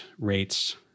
rates